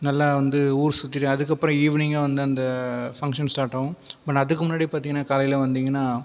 நல்லா வந்து ஊர் சுற்றிட்டு அதுக்கப்புறம் வந்து ஈவினிங்காக வந்து அந்த ஃபங்ஷன் ஸ்டார்ட் ஆகும் பட் அதுக்கு முன்னாடி பார்த்தீங்கன்னா காலையில் வந்தீங்கன்னால்